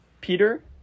Peter